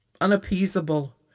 unappeasable